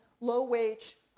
low-wage